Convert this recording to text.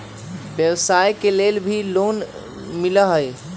व्यवसाय के लेल भी लोन मिलहई?